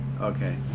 Okay